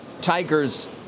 Tiger's